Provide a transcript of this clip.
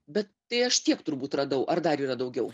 bet tai aš tiek turbūt radau ar dar yra daugiau